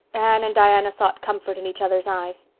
anne and diana sought comfort in each other's eyes.